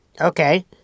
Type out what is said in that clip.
Okay